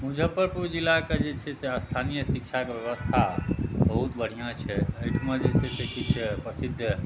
मुजफ्फरपुर जिलाके जे छै स्थानीय शिक्षाके व्यवस्था बहुत बढ़िआँ छै एहिठुमा जे छै से किछु प्रसिद्ध